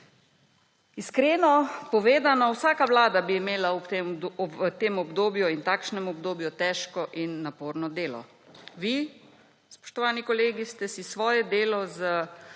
Iskreno povedano, vsaka vlada bi imela v tem obdobju in takšnem obdobju težko in naporno delo. Vi, spoštovani kolegi, ste si svoje delo z